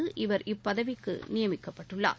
இந்த இவர்இப்பதவிக்கு நியமிக்கப்பட்டுள்ளார்